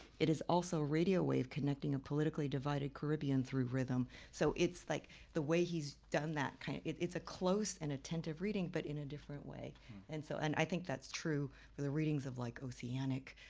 it is also radio wave connecting a politically divided caribbean through rhythm so it's like the way he's done that kind of it's a close and attentive reading, but in a different way and so and i think that's true for the readings of like oceanic